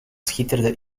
schitterde